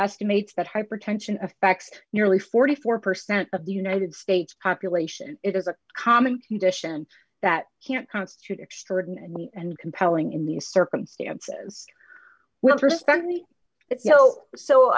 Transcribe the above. estimates that hypertension affects nearly forty four percent of the united states population is a common condition that can constitute extraordinary and compelling in these circumstances well s